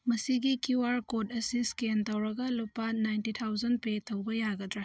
ꯃꯁꯤꯒꯤ Q R code ꯑꯁꯤ ꯏꯁꯀꯦꯟ ꯇꯧꯔꯒ ꯂꯨꯄꯥ ꯅꯥꯏꯟꯇꯤ ꯊꯥꯎꯖꯟ ꯄꯦ ꯇꯧꯕ ꯌꯥꯒꯗ꯭ꯔ